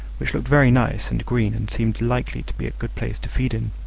which looked very nice and green and seemed likely to be a good place to feed in.